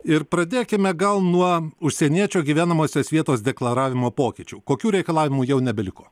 ir pradėkime gal nuo užsieniečio gyvenamosios vietos deklaravimo pokyčių kokių reikalavimų jau nebeliko